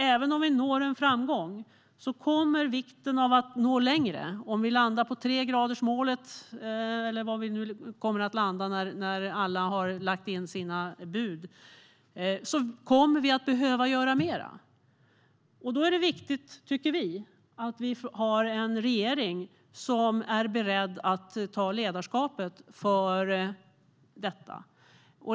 Även om vi når framgång och landar på tregradersmålet, eller vad det nu blir när alla har lagt sina bud, kommer vi att behöva göra mer. Då är det viktigt, tycker vi, att vi har en regering som är beredd att ta ledarskapet för detta.